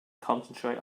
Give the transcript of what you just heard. concentrate